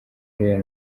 real